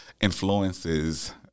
influences